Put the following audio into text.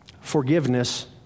forgiveness